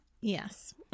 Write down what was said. yes